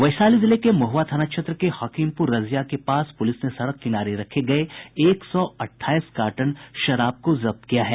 वैशाली जिले के महुआ थाना क्षेत्र के हकीमपुर रजिया के पास पुलिस ने सड़क किनारे रखे गये एक सौ अट्ठाईस कार्टन शराब को जब्त किया है